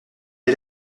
est